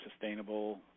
sustainable